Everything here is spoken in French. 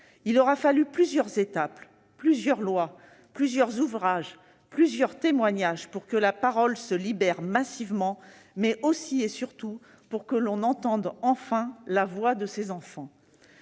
Il aura fallu plusieurs étapes, plusieurs lois, plusieurs ouvrages, plusieurs témoignages pour que la parole se libère massivement, mais aussi et surtout pour que l'on entende enfin la voix de ces enfants.